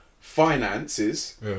finances